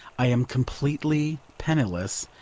i am completely penniless,